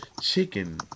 chicken